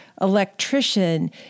electrician